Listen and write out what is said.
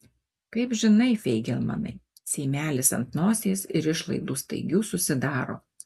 kaip žinai feigelmanai seimelis ant nosies ir išlaidų staigių susidaro